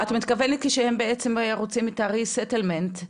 --- את מתכוונת שהם רוצים את ה-resettlement,